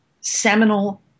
seminal